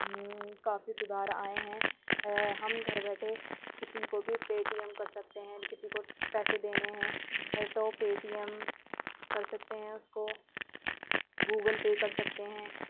کافی سدھار آئے ہیں ہم گھر بیٹھے کسی کو بھی پے ٹی ایم کر سکتے ہیں کسی کو پیسے دینے ہیں تو پے ٹی ایم کر سکتے ہیں اس کو گوگل پے کر سکتے ہیں